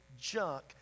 junk